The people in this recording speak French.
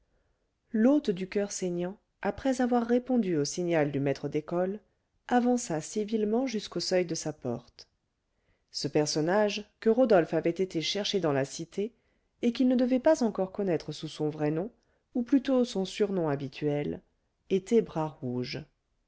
l'hôte du coeur saignant après avoir répondu au signal du maître d'école avança civilement jusqu'au seuil de sa porte ce personnage que rodolphe avait été chercher dans la cité et qu'il ne devait pas encore connaître sous son vrai nom ou plutôt son surnom habituel